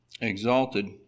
exalted